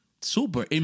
Super